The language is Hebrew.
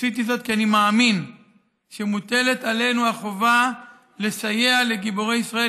עשיתי זאת כי אני מאמין שמוטלת עלינו החובה לסייע לגיבורי ישראל,